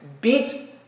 beat